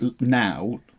now